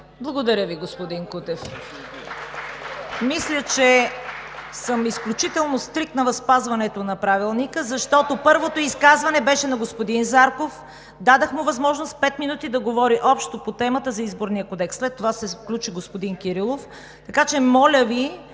Благодаря Ви, господин Кутев. Мисля, че съм изключително стриктна в спазването на Правилника, защото първото изказване беше на господин Зарков – дадох му възможност да говори пет минути общо по темата за Изборния кодекс, след това се включи господин Кирилов. Моля Ви,